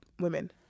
women